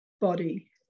body